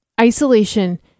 Isolation